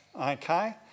Okay